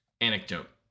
anecdote